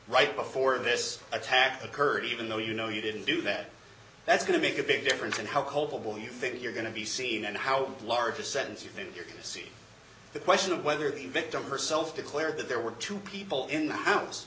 right before this attack occurred even though you know you didn't do that that's going to make a big difference in how culpable you think you're going to be seen and how large a sentence you think you see the question of whether the victim herself declared that there were two people in the house